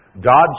God